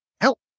help